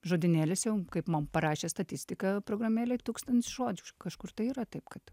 žodynėlis jau kaip man parašė statistika programėlė tūkstantis žodžių iš kažkur tai yra taip kad